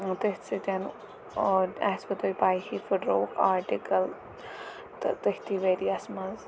تٔتھۍ سۭتۍ اور آسوٕ تۄہہِ پاے ییٚتہِ پھٔٹرووُکھ آٹِکَل تہٕ تٔتھی ؤرۍ یَس منٛز